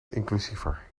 inclusiever